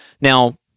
now